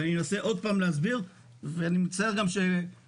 אני אנסה עוד פעם להסביר, ואני מצטער שמצטטים